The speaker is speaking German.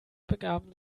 begaben